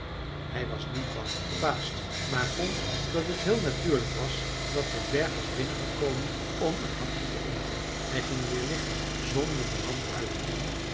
hij was niet bang of verbaasd maar vond dat het heel natuurlijk was dat de dwerg was binnengekomen om een hapje te eten hij ging weer liggen zonder de lamp uit te doen